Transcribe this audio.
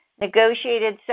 negotiated